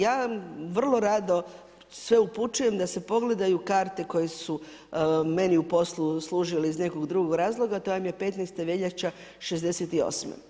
Ja vrlo rado sve upućujem da se pogledaju karte koje su meni u poslu služili iz nekog drugog razloga, to vam je 15. veljača '68.